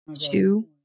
two